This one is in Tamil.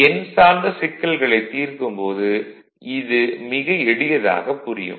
எண் சார்ந்த சிக்கல்களை தீர்க்கும் போது இது மிக எளியதாக புரியும்